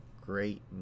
great